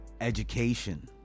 education